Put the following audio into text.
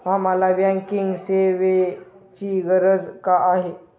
आम्हाला बँकिंग सेवेची गरज का आहे?